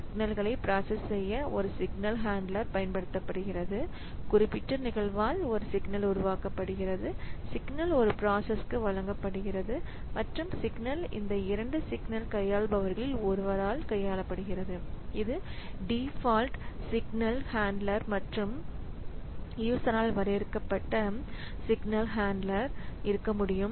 சிக்னல்களை பிராசஸ் செய்ய ஒரு சிக்னல் ஹன்ட்லர் பயன்படுத்தப்படுகிறது குறிப்பிட்ட நிகழ்வால் ஒரு சிக்னல் உருவாக்கப்படுகிறது சிக்னல் ஒரு ப்ராசஸ்க்கு வழங்கப்படுகிறது மற்றும் சிக்னல் இரண்டு சிக்னல் கையாளுபவர்களில் ஒருவரால் கையாளப்படுகிறது இங்கு டிஃபால்ட் ஹன்ட்லர் மற்றும் பயனர் வரையறுக்கப்பட்ட சிக்னல் ஹன்ட்லர் இருக்க முடியும்